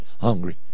hungry